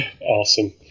Awesome